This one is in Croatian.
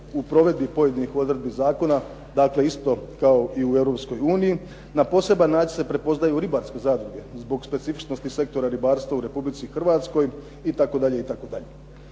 u provedbi pojedinih odredbi zakona, dakle isto kao i u Europskoj uniji. Na poseban način se prepoznaju ribarske zadruge, zbog specifičnosti sektora ribarstva u Republici Hrvatskoj itd.